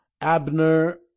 Abner